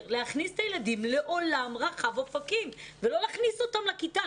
להכניס את הילדים לעולם רחב אופקים ולא להכניס אותם לכיתה.